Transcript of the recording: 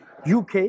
UK